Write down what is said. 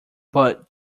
but